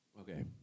Okay